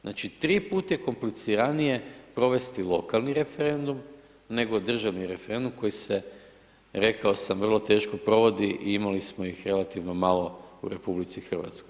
Znači 3 put je kompliciranije provesti lokalni referendum, nego državni referendum koji se rekao sam vrlo teško provodi i imali smo ih relativno malo u RH.